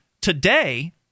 Today